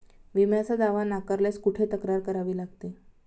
विम्याचा दावा नाकारल्यास कुठे तक्रार करावी लागते?